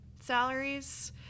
Salaries